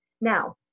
Now